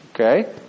okay